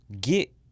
get